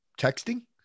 texting